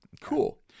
Cool